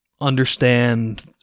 understand